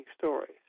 stories